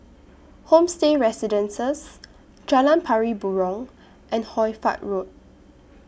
Homestay Residences Jalan Pari Burong and Hoy Fatt Road